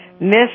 Miss